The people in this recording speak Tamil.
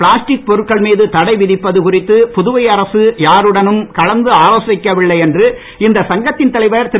பிளாஸ்டிக் பொருட்கள் மீது தடை விதிப்பது குறித்து புதுவை அரசு யாருடனும் கலந்து ஆலோசிக்கவில்லை என்று இந்த சங்கத்தின் தலைவர் திரு